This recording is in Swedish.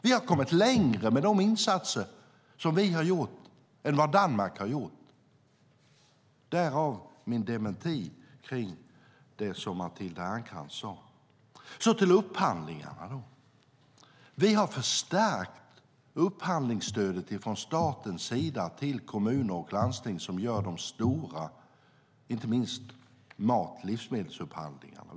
Vi har kommit längre än Danmark med de insatser vi har gjort, därav min dementi av vad Matilda Ernkrans sade. När det gäller upphandlingarna har vi förstärkt upphandlingsstödet från staten till kommuner och landsting, som gör de stora mat och livsmedelsupphandlingarna.